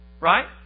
Right